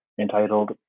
entitled